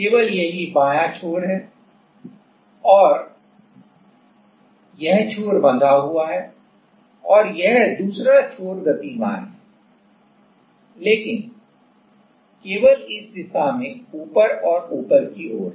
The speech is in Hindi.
केवल यही बायां छोर है या यह छोर बंधा हुआ हैऔर यह छोर गतिमान है लेकिन केवल इस दिशा में ऊपर और नीचे की ओर